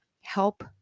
help